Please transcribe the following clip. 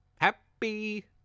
Happy